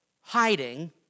hiding